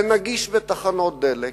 זה נגיש בתחנות דלק,